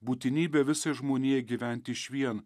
būtinybė visai žmonijai gyvent išvien